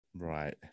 right